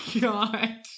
god